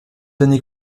années